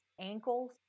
ankles